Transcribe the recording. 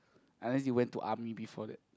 unless you went to army before that